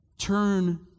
Turn